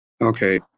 Okay